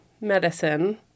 medicine